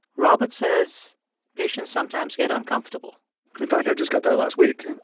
robert says patients sometimes get uncomfortable in fact, i just got that last week.